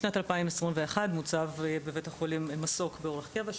משנת 2021 מוצב בבית החולים מסוק באורח קבע,